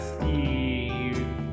Steve